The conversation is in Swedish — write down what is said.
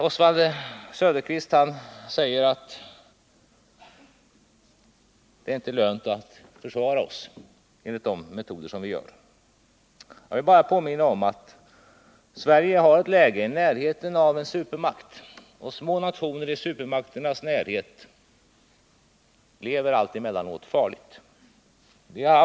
Oswald Söderqvist sade att det inte är lönt att försvara sig med våra metoder. Jag vill bara påminna om att Sverige har ett läge i närheten av en supermakt, och små nationer i supermakternas närhet lever alltemellanåt farligt.